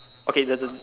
okay the the